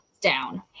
down